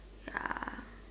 ya